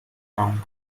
town